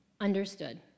understood